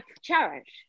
cherish